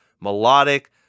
melodic